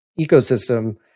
ecosystem